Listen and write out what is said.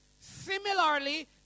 Similarly